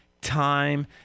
time